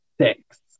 Six